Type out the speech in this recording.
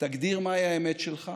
תגדיר מהי האמת שלך